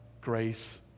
grace